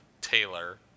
Taylor